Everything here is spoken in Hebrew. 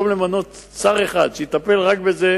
ובמקום למנות שר אחד שיטפל רק בזה,